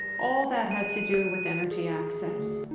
all that has to do with energy access.